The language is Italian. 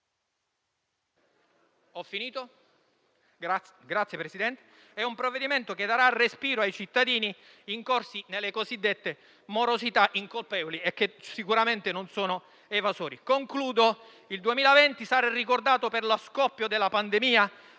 È un provvedimento che darà respiro ai cittadini incorsi nelle cosiddette morosità incolpevoli e che sicuramente non sono evasori. In conclusione, il 2020 sarà ricordato per la scoppio della pandemia,